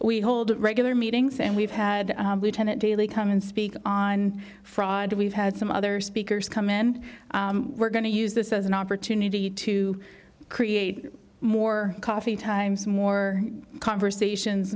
we hold regular meetings and we've had tenet daily come and speak on friday we've had some other speakers come in we're going to use this as an opportunity to create more coffee times more conversations